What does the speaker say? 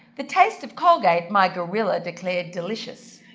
the taste of colgate my gorilla declared delicious,